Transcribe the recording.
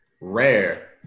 rare